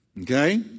Okay